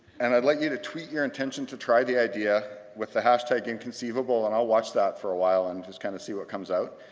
and i'd like you to tweet your intention to try the idea with the hashtag inconceivable, and i'll watch that for awhile and just kinda see what comes out.